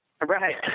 Right